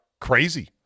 crazy